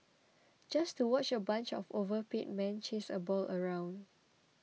just to watch a bunch of overpaid men chase a ball around